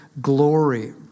glory